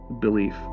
belief